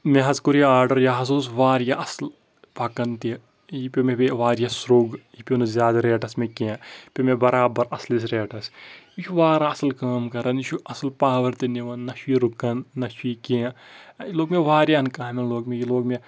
مےٚ حظ کوٚر یہِ آرڈَر یہِ حظ اوس واریاہ اَصٕل پَکان تہِ یہِ پیوٚو مےٚ بیٚیہِ واریاہ سرٛوگ یہِ پیوٚو نہٕ زیادٕ ریٹَس مےٚ کیٚنٛہہ یہِ پیوٚو مےٚ بَرابَر اَصلِس ریٹَس یہِ چھُ وارٕ اَصٕل کٲم کَران یہِ چھُ اصٕل پاوَر تہِ نِوان نَہ چھُ یہِ رُکان نَہ چھُ یہِ کیٚنٛہہ یہِ لوٚگ مےٚ وارِہَن کامٮ۪ن لوگ مےٚ یہِ یہِ لوگ مےٚ